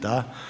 Da.